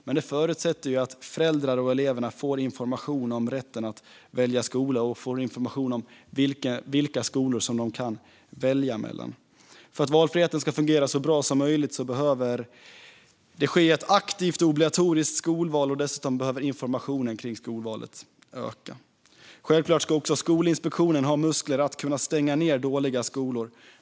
Men det förutsätter ju att föräldrar och elever får information om rätten att välja skola och om vilka skolor som de kan välja mellan. För att valfriheten ska fungera så bra som möjligt behöver det ske ett aktivt och obligatoriskt skolval, och dessutom behöver informationen om skolvalet öka. Självklart ska också Skolinspektionen ha muskler att kunna stänga ned dåliga skolor.